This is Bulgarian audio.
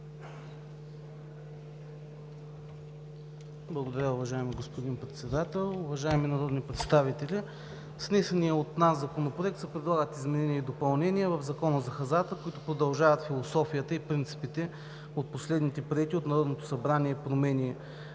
Благодаря. Уважаеми господин Председател, уважаеми народни представители! С внесения законопроект се предлагат изменения и допълнения в Закона за хазарта, които продължават философията и принципите от последните приети от Народното събрание промени в